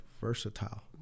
versatile